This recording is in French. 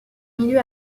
milieu